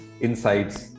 insights